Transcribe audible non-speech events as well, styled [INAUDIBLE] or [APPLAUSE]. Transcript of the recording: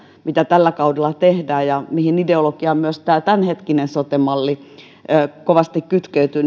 mitä tällä kaudella tehdään ja mihin ideologiaan myös tämä tämänhetkinen sote malli kovasti kytkeytyy [UNINTELLIGIBLE]